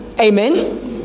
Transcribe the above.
Amen